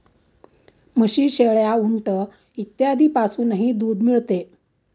म्हशी, शेळ्या, उंट इत्यादींपासूनही दूध मिळते